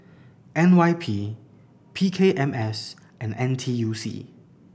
N Y P P K M S and N T U C